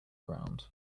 ground